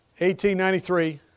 1893